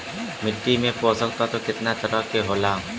मिट्टी में पोषक तत्व कितना तरह के होला?